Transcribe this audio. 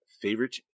Favorite